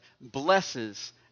blesses